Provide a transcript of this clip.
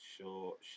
Short